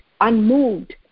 unmoved